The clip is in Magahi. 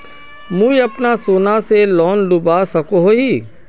मुई अपना सोना से लोन लुबा सकोहो ही?